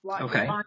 Okay